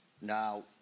Now